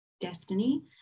destiny